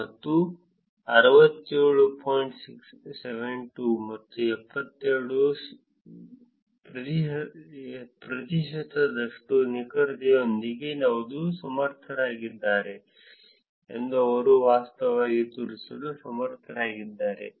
ಮತ್ತು 67 72 ಮತ್ತು 82 ಪ್ರತಿಶತದಷ್ಟು ನಿಖರತೆಯೊಂದಿಗೆ ಅವರು ಸಮರ್ಥರಾಗಿದ್ದಾರೆ ಎಂದು ಅವರು ವಾಸ್ತವವಾಗಿ ತೋರಿಸಲು ಸಮರ್ಥರಾಗಿದ್ದಾರೆ